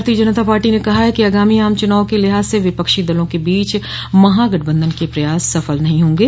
भारतीय जनता पार्टी ने कहा है कि आगामी आम चुनाव के लिहाज से विपक्षी दलों के बीच महागठबंधन के प्रयास सफल नहीं होंगे